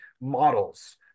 models